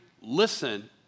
listen